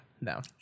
no